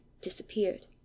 disappeared